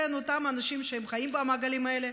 אותם אנשים שחיים במעגלים האלה,